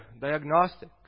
diagnostic